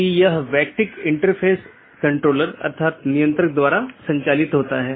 गम्यता reachability की जानकारी update message द्वारा आदान प्रदान की जाती है